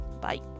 bye